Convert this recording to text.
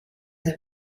der